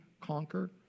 conquer